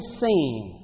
seen